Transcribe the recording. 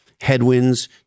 Headwinds